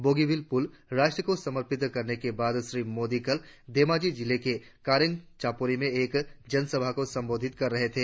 बोगीबिल पुल राष्ट्र को समर्पित करने के बाद श्री मोदी कल धेमाजी जिले के कारेंग चापोरी में एक जनसभा को संबोधित कर रहे थे